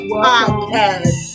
podcast